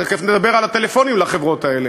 תכף נדבר על הטלפונים לחברות האלה.